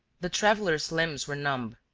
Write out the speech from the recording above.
the traveller's limbs were numb,